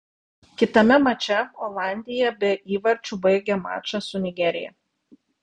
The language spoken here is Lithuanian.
kitame mače olandija be įvarčių baigė mačą su nigerija